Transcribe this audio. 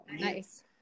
Nice